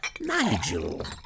Nigel